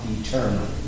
eternal